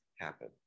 happen